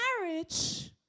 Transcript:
Marriage